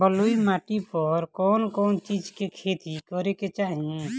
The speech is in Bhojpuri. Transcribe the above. बलुई माटी पर कउन कउन चिज के खेती करे के चाही?